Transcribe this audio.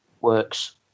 works